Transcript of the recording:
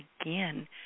again